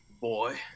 Boy